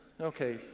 Okay